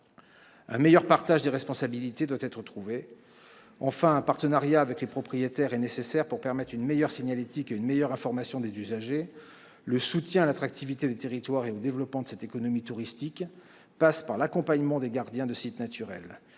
Un meilleur partage des responsabilités doit être trouvé. Enfin, un partenariat avec les propriétaires est nécessaire pour permettre une meilleure signalétique et une meilleure information des usagers. Le soutien à l'attractivité des territoires et au développement de cette économie touristique passe par l'accompagnement des gardiens de sites naturels.